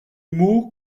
mots